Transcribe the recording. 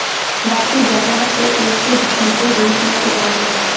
बाकी जगह पे एके सीधे धूप में उगावल जाला